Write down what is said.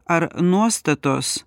ar nuostatos